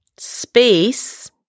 Space